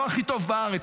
לא הכי טוב בארץ,